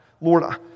Lord